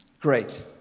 Great